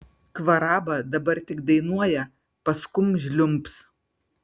kvaraba dabar tik dainuoja paskum žliumbs